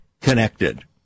connected